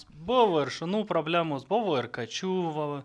buvo ir šunų problemos buvo ir kačių